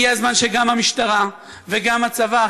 הגיע הזמן שגם המשטרה וגם הצבא,